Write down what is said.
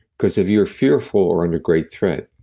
because if you're fearful or under great threat,